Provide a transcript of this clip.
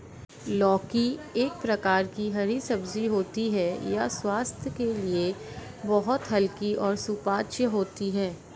लौकी एक प्रकार की हरी सब्जी होती है यह स्वास्थ्य के लिए बहुत हल्की और सुपाच्य होती है